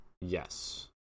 Yes